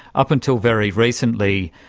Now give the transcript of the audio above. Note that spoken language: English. up until very recently,